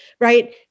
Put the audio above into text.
right